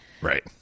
Right